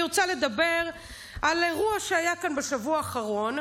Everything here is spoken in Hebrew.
אני רוצה לדבר על אירוע שהיה כאן בשבוע האחרון.